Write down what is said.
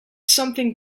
something